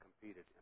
competed